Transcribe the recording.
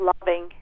loving